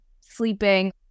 sleeping